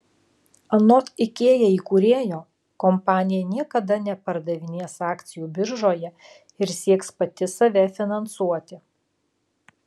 anot ikea įkūrėjo kompanija niekada nepardavinės akcijų biržoje ir sieks pati save finansuoti